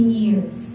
years